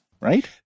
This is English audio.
right